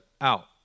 out